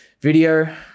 video